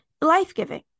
life-giving